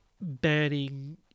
banning